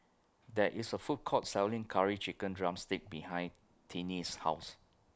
There IS A Food Court Selling Curry Chicken Drumstick behind Tinie's House